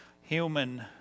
human